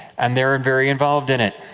and they are and very involved in it.